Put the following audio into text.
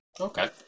Okay